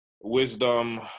wisdom